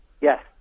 Yes